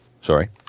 sorry